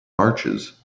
marches